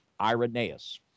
Irenaeus